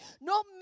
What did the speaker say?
no